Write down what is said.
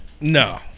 no